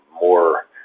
more